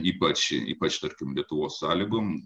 ypač ypač tarkim lietuvos sąlygom